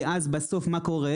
כי אז בסוף מה קורה?